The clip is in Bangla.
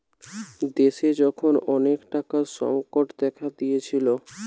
দেশে যখন অনেক টাকার সংকট দেখা দিয়েছিলো